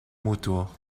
mutuo